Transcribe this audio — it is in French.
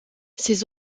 ces